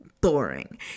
boring